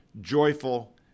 joyful